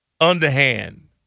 underhand